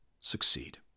succeed